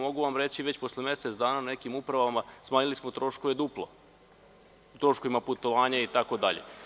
Mogu vam reći već posle mesec dana da smo u nekim uprava smanjili troškove duplo, troškovi putovanja, itd.